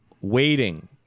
waiting